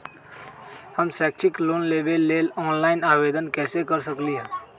हम शैक्षिक लोन लेबे लेल ऑनलाइन आवेदन कैसे कर सकली ह?